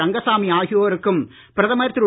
ரங்கசாமி ஆகியோருக்கும் பிரதமர் திரு